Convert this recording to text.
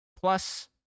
Plus